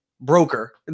broker